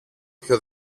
πιο